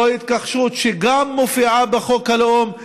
גם זו התכחשות שמופיעה בחוק הלאום.